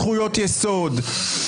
זכויות יסוד.